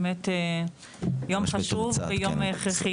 באמת יום חשוב ויום הכרחי.